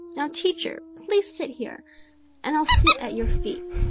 now, teacher, please sit here and i'll sit at your feet.